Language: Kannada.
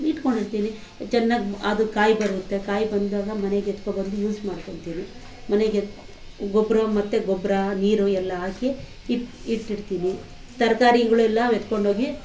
ಇಟ್ಕೊಂಡಿರ್ತೀನಿ ಚೆನ್ನಾಗಿ ಅದು ಕಾಯಿ ಬರುತ್ತೆ ಕಾಯಿ ಬಂದಾಗ ಮನೆಗೆ ಎತ್ಕೊ ಬಂದು ಯೂಸ್ ಮಾಡ್ಕೊಳ್ತೀನಿ ಮನೆಗೆ ಗೊಬ್ಬರ ಮತ್ತು ಗೊಬ್ಬರ ನೀರು ಎಲ್ಲ ಹಾಕಿ ಇಟ್ಟು ಇಟ್ಟಿಡ್ತೀನಿ ತರಕಾರಿಗಳೆಲ್ಲ ಎತ್ಕೊಂಡು ಹೋಗಿ